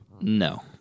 No